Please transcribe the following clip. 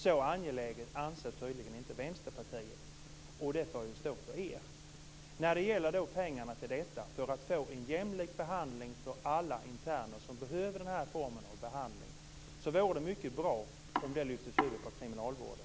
Så angeläget anser tydligen inte ni i Vänsterpartiet att det är. Det får stå för er. När det gäller pengarna till detta, för att få en jämlik behandling av alla interner som behöver den här formen av behandling, vore det mycket bra om det lyftes över på kriminalvården.